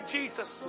Jesus